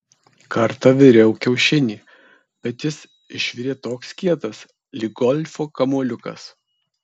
kartą viriau kiaušinį bet jis išvirė toks kietas lyg golfo kamuoliukas